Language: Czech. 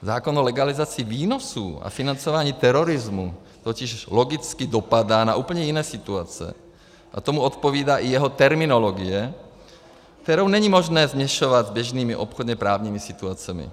Zákon o legalizaci výnosů a financování terorismu totiž logicky dopadá na úplně jiné situace a tomu odpovídá i jeho terminologie, kterou není možné směšovat s běžnými obchodněprávními situacemi.